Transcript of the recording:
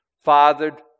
Fathered